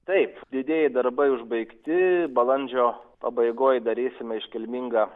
taip didieji darbai užbaigti balandžio pabaigoj darysim iškilmingą